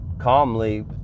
calmly